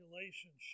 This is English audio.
relationship